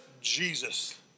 Jesus